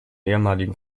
ehemaligen